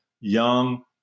young